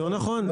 לא נכון.